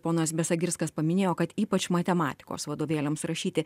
ponas besagirskas paminėjo kad ypač matematikos vadovėliams rašyti